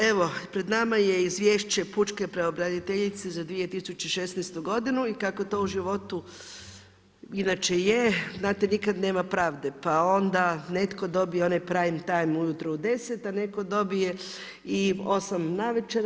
Evo pred nama je Izvješće pučke pravobraniteljice za 2016. godinu i kako to u životu inače je, znate nikad nema pravde, pa onda netko dobije onaj prime time ujutro u 10, a netko dobije i 8 navečer.